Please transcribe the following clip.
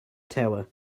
tower